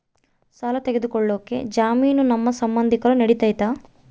ಸಾಲ ತೊಗೋಳಕ್ಕೆ ಜಾಮೇನು ನಮ್ಮ ಸಂಬಂಧಿಕರು ನಡಿತೈತಿ?